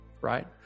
right